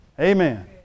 Amen